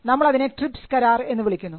നമ്മൾ അതിനെ ട്രിപ്സ് കരാർ എന്ന് വിളിക്കുന്നു